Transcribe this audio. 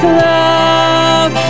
love